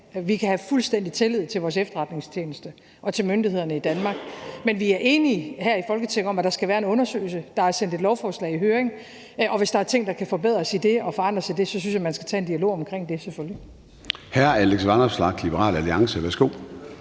Vi kan have fuldstændig tillid til vores efterretningstjeneste og til myndighederne i Danmark, men vi er her i Folketinget enige om, at der skal være en undersøgelse. Der er sendt et lovforslag i høring, og hvis der er ting i det, der kan forbedres og forandres, så synes jeg selvfølgelig, at man skal tage en dialog omkring det. Kl.